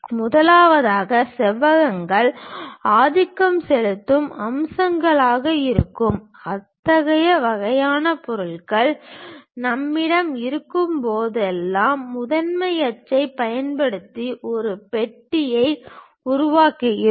முதலாவதாக செவ்வகங்கள் ஆதிக்கம் செலுத்தும் அம்சங்களாக இருக்கும் அத்தகைய வகையான பொருட்கள் நம்மிடம் இருக்கும்போதெல்லாம் முதன்மை அச்சைப் பயன்படுத்தி ஒரு பெட்டியை உருவாக்குகிறோம்